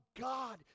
God